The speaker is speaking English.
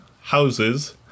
houses